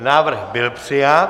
Návrh byl přijat.